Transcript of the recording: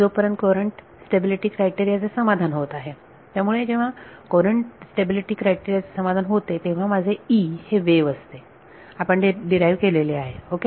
जोपर्यंत current stability criteria चे समाधान होत आहे त्यामुळे जेव्हा कुरंट स्टॅबिलिटी क्रायटेरिया चे समाधान होते तेव्हा माझे E हे वेव्ह असते आपण ते डिराईव्ह केलेले आहे ओके